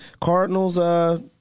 Cardinals –